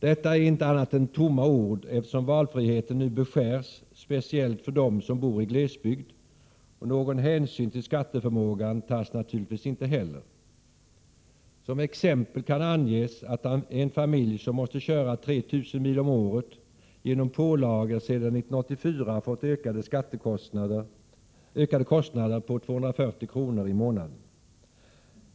Detta är inte annat än tomma ord, eftersom valfriheten nu beskärs, speciellt för dem som bor i glesbygd. Någon hänsyn till skatteförmågan tas naturligtivs inte heller. Som exempel kan anges att en familj som måste köra 3 000 mil om året genom pålagor sedan 1984 fått ökade kostnader på 240 kr. i månaden.